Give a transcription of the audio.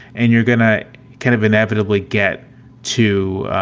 and you're going to kind of inevitably get to